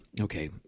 Okay